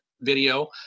video